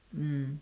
mm